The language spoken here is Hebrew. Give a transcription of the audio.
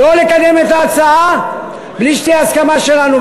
לא לקדם את ההצעה בלי שתהיה הסכמה שלנו.